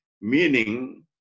meaning